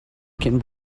cyn